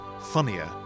funnier